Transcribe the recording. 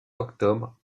octobre